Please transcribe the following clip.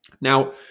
Now